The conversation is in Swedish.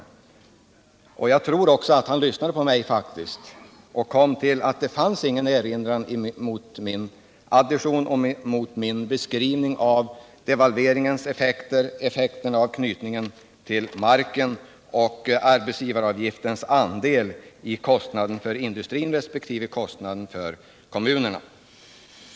Eller var det kanske så att Ingemund Bengtsson faktiskt lyssnade på mig och kom fram till att det inte fanns någon erinran mot min addition eller mot min beskrivning av devalveringens effekter, effekterna av kopplingen till den tyska marken och arbetsgivaravgiftens andel i kostnaden för industrin resp. kommunerna.